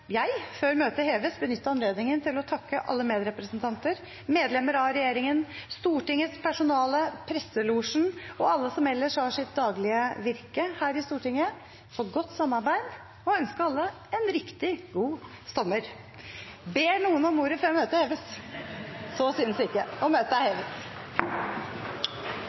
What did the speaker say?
presidenten før møtet heves, benytte anledningen til å takke alle medrepresentanter, medlemmer av regjeringen, Stortingets personale, presselosjen og alle som ellers har sitt daglige virke her i Stortinget, for godt samarbeid og ønske alle en riktig god sommer. Ber noen om ordet før møtet heves? Så synes ikke, og møtet er